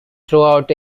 throughout